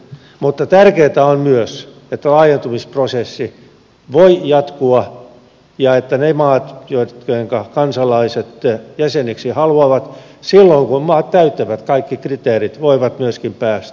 mutta tärkeätä on myös että laajentumisprosessi voi jatkua ja että ne maat joittenka kansalaiset jäseniksi haluavat silloin kun maat täyttävät kaikki kriteerit voivat myöskin jäseniksi päästä